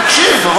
תקשיב,